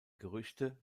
gerüchte